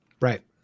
Right